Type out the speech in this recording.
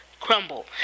crumble